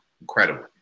Incredible